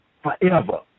forever